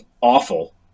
awful